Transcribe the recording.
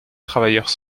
travailleurs